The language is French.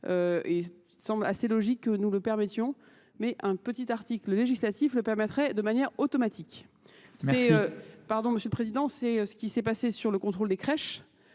et semble assez logique que nous le permettions, mais un petit article législatif le permettrait de manière automatique. Pardon, monsieur le Président, c'est ce qui s'est passé sur le contrôle des crèches.